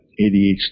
ADHD